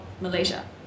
Malaysia